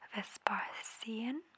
Vespasian